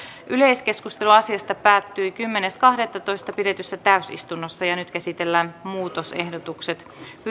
yleiskeskustelu asiasta päättyi kymmenes kahdettatoista kaksituhattaviisitoista pidetyssä täysistunnossa nyt käsitellään muutosehdotukset